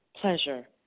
pleasure